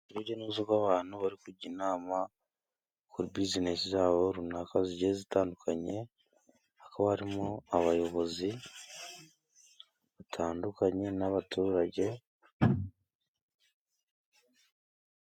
Urujya n'uruza rw'abantu bari kujya inama kuru bizinesi zabo runaka zigiye zitandukanye hakaba harimo abayobozi batandukanye n'abaturage.